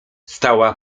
stała